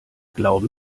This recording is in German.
glauben